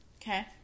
Okay